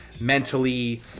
mentally